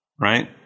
right